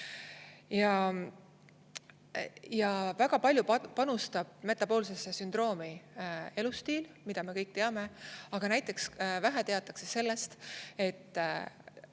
Väga palju panustab metaboolsesse sündroomi elustiil, mida me kõik teame. Aga näiteks vähe teatakse sellest, et